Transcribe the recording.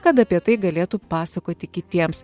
kad apie tai galėtų pasakoti kitiems